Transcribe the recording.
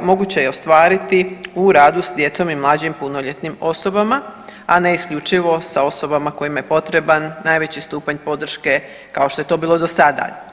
moguće je ostvariti u radu s djecom i mlađim punoljetnim osobama, a ne isključivo sa osobama kojima je potreban najveći stupanj podrške kao što je to bilo do sada.